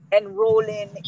enrolling